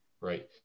right